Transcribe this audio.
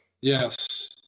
Yes